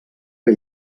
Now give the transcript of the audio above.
que